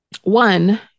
one